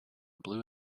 blue